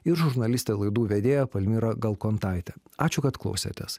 ir žurnalistė laidų vedėja palmira galkontaitė ačiū kad klausėtės